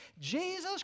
Jesus